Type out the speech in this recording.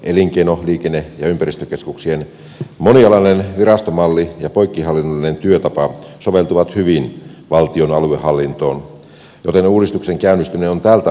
elinkeino liikenne ja ympäristökeskuksien monialainen virastomalli ja poikkihallinnollinen työtapa soveltuvat hyvin valtion aluehallintoon joten uudistuksen käynnistyminen on tältä osin onnistunut